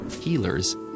healers